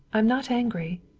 i'm not angry.